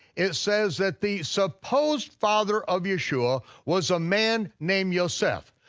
it says that the supposed father of yeshua was a man named yoseph,